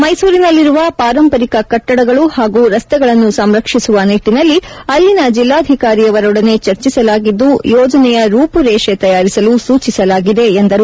ಮೈಸೂರಿನಲ್ಲಿರುವ ಪಾರಂಪರಿಕ ಕಟ್ಟಡಗಳು ಹಾಗೂ ರಸ್ತೆಗಳನ್ನು ಸಂರಕ್ಷಿಸುವ ನಿಟ್ಟನಲ್ಲಿ ಅಲ್ಲಿನ ಜಿಲ್ಲಾಧಿಕಾರಿಯವರೊಡನೆ ಚರ್ಚಿಸಲಾಗಿದ್ದು ಯೋಜನೆಯ ರೂಪುರೇಷೆ ತಯಾರಿಸಲು ಸೂಚಿಸಲಾಗಿದೆ ಎಂದರು